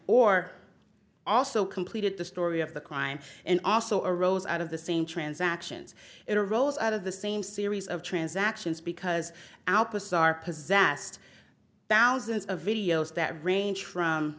intertwined or also completed the story of the crime and also arose out of the same transactions in a rolls out of the same series of transactions because outposts are possessed thousands of videos that range from